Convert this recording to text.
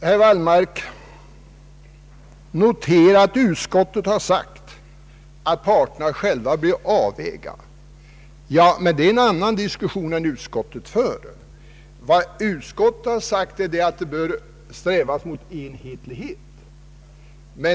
Herr Wallmark noterar att utskottet har anfört att parterna själva bör göra en avvägning. Men utskottet för en annan diskussion, nämligen att man bör sträva mot enhetlighet.